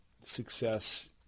success